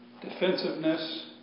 Defensiveness